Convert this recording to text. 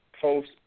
post